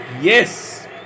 yes